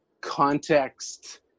context